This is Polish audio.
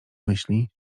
myśli